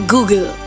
Google